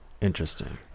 interesting